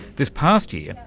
this past year,